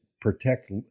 Protect